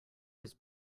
his